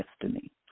destiny